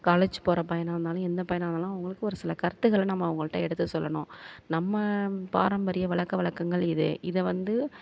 college போகிற பையனாக இருந்தாலும் எந்த பையனாக இருந்தாலும் அவங்களுக்கு ஒரு சில கருத்துகளை நம்ம அவங்கள்ட எடுத்து சொல்லணும் நம்ம பாராம்பரிய பழக்க வழக்கங்கள் இது இதை வந்து